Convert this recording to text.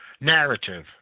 narrative